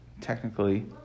technically